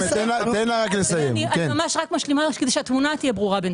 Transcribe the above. כדי שהתמונה תהיה ברורה.